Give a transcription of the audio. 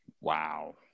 wow